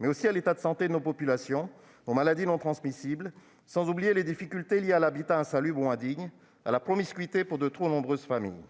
mais aussi à l'état de santé de nos populations, aux maladies non transmissibles, sans oublier les difficultés liées à l'habitat insalubre ou indigne, à la promiscuité pour de trop nombreuses familles.